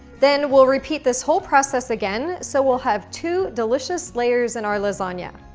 then we'll repeat this whole process again, so we'll have two delicious layers in our lasagna.